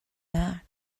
not